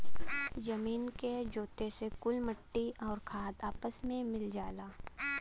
जमीन के जोते से कुल मट्टी आउर खाद आपस मे मिल जाला